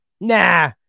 Nah